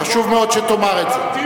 חשוב מאוד שתאמר את זה.